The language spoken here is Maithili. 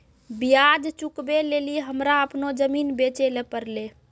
ब्याज चुकबै लेली हमरा अपनो जमीन बेचै ले पड़लै